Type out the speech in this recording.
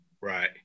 Right